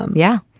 um yeah.